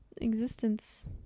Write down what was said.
existence